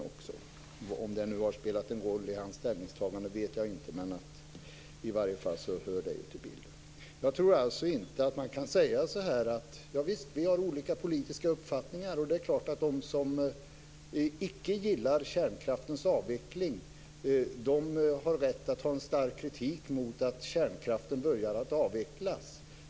Om det nu har spelat någon roll för hans ställningstagande vet jag inte. Men det hör i alla fall till bilden. Visst, vi har olika politiska uppfattningar. Det är klart att de som inte gillar kärnkraftens avveckling har rätt att vara starkt kritiska mot att kärnkraften börjar avvecklas.